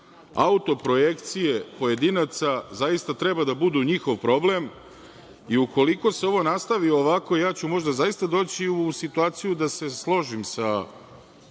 nezadovoljstvo. Autoprojekcije pojedinaca zaista treba da budu njihov problem i ukoliko se ovo nastavi ovako, ja ću zaista doći u situaciju da se složim sa